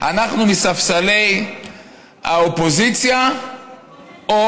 אנחנו מספסלי האופוזיציה או